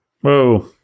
whoa